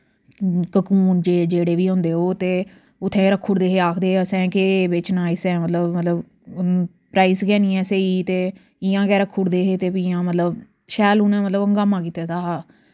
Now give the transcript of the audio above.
cocoon जेह् जेह्ड़े वी होंदे ओह् ते उत्थे रक्खुड़दे हे आखदे असैं केह् बेचना इसै मतलव मतलव प्राइस गै निं ऐ स्हेई ते इ'यां गै रक्खुड़दे हे ते फ्ही इ'यां मतलव शैल उनैं मतलव हंगामा कीते दा हा